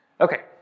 Okay